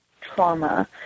trauma